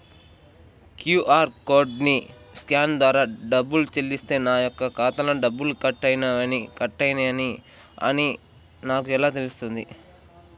QR కోడ్ని scan ద్వారా డబ్బులు చెల్లిస్తే నా యొక్క ఖాతాలో డబ్బులు కట్ అయినవి అని నాకు ఎలా తెలుస్తుంది?